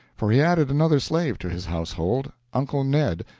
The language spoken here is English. for he added another slave to his household uncle ned,